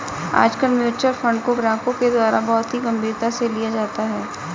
आजकल mutual fund को ग्राहकों के द्वारा बहुत ही गम्भीरता से लिया जाता है